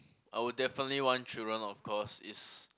I would definitely want children of course is